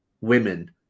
women